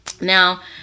Now